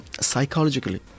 psychologically